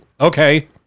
okay